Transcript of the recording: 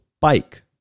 bike